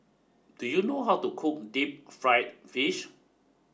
do you know how to cook deep fried fish